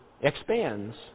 expands